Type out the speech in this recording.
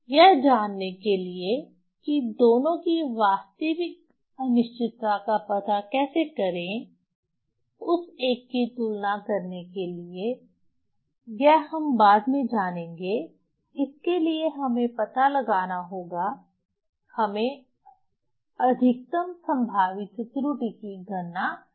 यह जानने के लिए कि दोनों की वास्तविक अनिश्चितता का पता कैसे करें उस एक की तुलना करने के लिए यह हम बाद में जानेंगे इसके लिए हमें पता लगाना होगा हमें अधिकतम संभावित त्रुटि की गणना करनी होगी